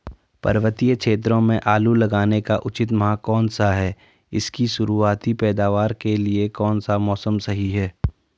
पर्वतीय क्षेत्रों में आलू लगाने का उचित माह कौन सा है इसकी शुरुआती पैदावार के लिए कौन सा मौसम सही है?